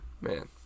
man